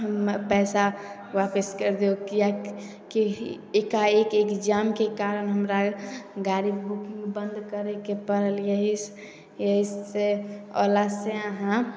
हमर पइसा वापिस करि दिऔ किएकि एकाएक एग्जामके कारण हमरा गाड़ी बुकिन्ग बन्द करैके पड़ल यही से यही से ओलासे अहाँ